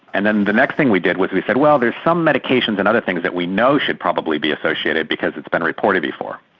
and then the next thing we did was we said, well, there are some medications and other things that we know should probably be associated because it's been reported before.